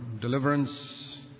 deliverance